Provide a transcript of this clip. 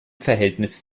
verhältnis